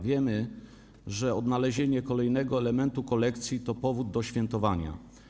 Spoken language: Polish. Wiemy, że odnalezienie kolejnego elementu kolekcji to powód do świętowania.